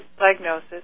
diagnosis